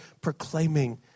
proclaiming